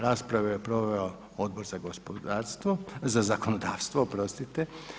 Raspravu je proveo Odbor za gospodarstvo, za zakonodavstvo, oprostite.